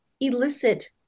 elicit